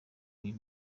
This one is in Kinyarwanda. uyu